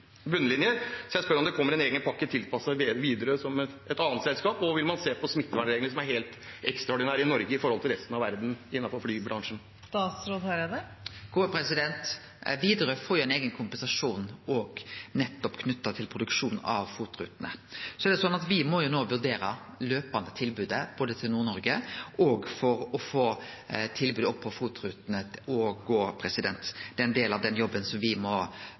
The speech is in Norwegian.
bunnlinjer – så jeg spør: Kommer det en egen pakke tilpasset Widerøe, slik et annet selskap har fått? Og vil man se på smittevernreglene, som er helt ekstraordinære i Norge i forhold til resten av verden, innenfor flybransjen? Widerøe får jo òg ein eigen kompensasjon, nettopp knytt til produksjonen av FOT-rutene. Så er det slik at me må jo no løpande vurdere tilbodet til Nord-Noreg og få tilbodet på FOT-rutene opp å gå. Det er ein del av den jobben som me må